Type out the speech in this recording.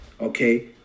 okay